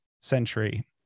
century